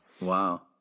Wow